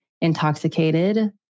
intoxicated